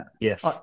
Yes